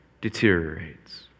deteriorates